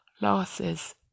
losses